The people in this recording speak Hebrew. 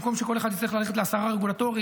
במקום שכל אחד יצטרך ללכת לעשרה רגולטורים,